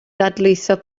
dadlwytho